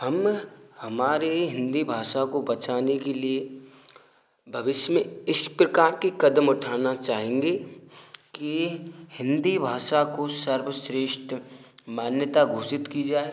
हम हमारे हिन्दी भाषा को बचाने के लिए भविष्य में इस प्रकार के कदम उठाना चाहेंगे कि ये हिन्दी भाषा को सर्वश्रेष्ठ मान्यता घोषित की जाए